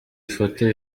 ifoto